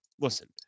listen